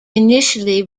initially